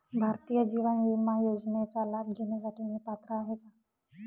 भारतीय जीवन विमा योजनेचा लाभ घेण्यासाठी मी पात्र आहे का?